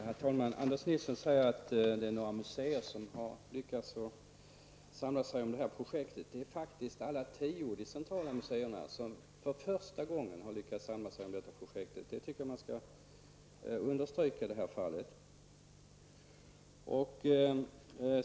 Herr talman! Anders Nilsson säger att det är några museer som har lyckats samla sig om det här projektet. Det är faktiskt alla de tio centrala museerna som för första gången har lyckats samla sig om ett projekt. Det tycker jag man skall understryka i det här fallet.